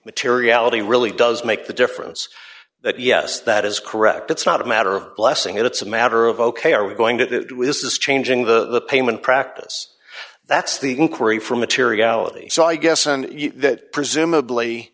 materiality really does make the difference that yes that is correct it's not a matter of blessing it's a matter of ok are we going to do is changing the payment practice that's the inquiry for materiality so i guess and that presumably